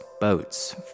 boats